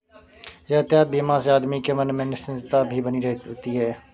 यातायात बीमा से आदमी के मन में निश्चिंतता भी बनी होती है